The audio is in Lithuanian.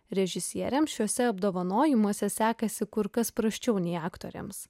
režisieriams šiuose apdovanojimuose sekasi kur kas prasčiau nei aktoriams